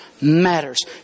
matters